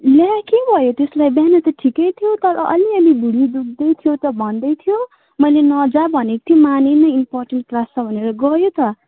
ला के भयो त्यसलाई बिहान त ठिकै थियो तर अलिअलि भुडी दुख्दै थियो त भन्दै थियो मैले नजा भनेको थिएँ मानेन इम्पोर्टेन्ट क्लास छ भनेर गयो त